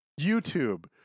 youtube